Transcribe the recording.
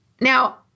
Now